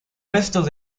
restos